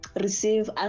receive